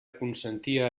consentia